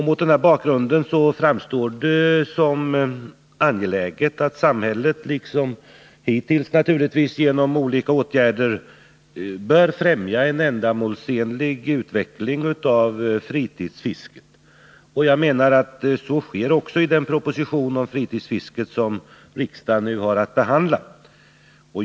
Mot den bakgrunden framstår det som angeläget att samhället liksom hittills genom olika åtgärder främjar en ändamålsenlig utveckling av fritidsfisket. Jag anser att så också sker i den proposition om fritidsfisket som riksdagen nu har att behandla.